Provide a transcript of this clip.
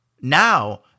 Now